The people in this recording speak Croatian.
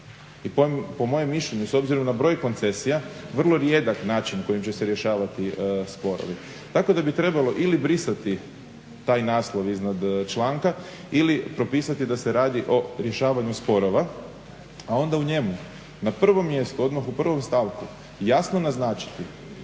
i po mojem mišljenju s obzirom na broj koncesija vrlo rijedak način kojim će se rješavati sporovi. Tako da bi trebalo ili brisati taj naslov iznad članka ili propisati da se radi o rješavanju sporova, a onda u njemu na prvom mjestu odmah u prvom stavku jasno naznačiti